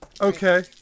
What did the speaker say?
okay